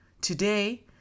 Today